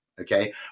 okay